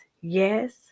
Yes